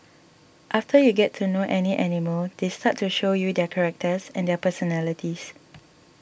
after you get to know any animal they start to show you their characters and their personalities